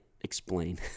explain